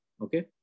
okay